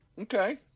Okay